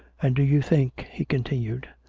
and do you think, he continued,